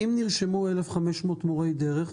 אם נרשמו 1,500 מורי דרך,